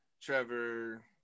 Trevor